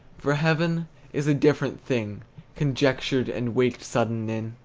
for heaven is a different thing conjectured, and waked sudden in,